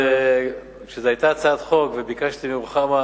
זאת היתה הצעת חוק, וביקשתי מרוחמה